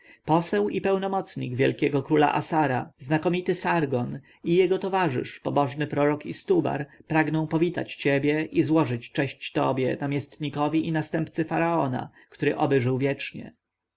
poseł i pełnomocnik wielkiego króla assara znakomity sargon i jego towarzysz pobożny prorok istubar pragną powitać ciebie i złożyć cześć tobie namiestnikowi i następcy faraona który oby żył wiecznie